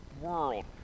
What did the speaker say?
world